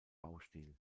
baustil